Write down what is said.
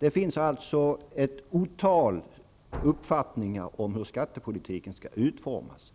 Det finns alltså ett otal uppfattningar om hur skattepolitiken skall utformas.